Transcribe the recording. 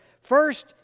First